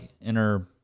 inner